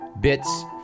bits